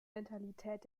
mentalität